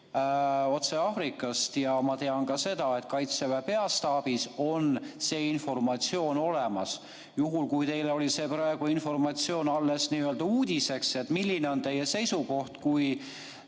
otse Aafrikast ja ma tean ka seda, et Kaitseväe Peastaabis on see informatsioon olemas. Juhul kui teile oli see informatsioon praegu alles uudiseks, siis milline on teie seisukoht, kui